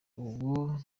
ubu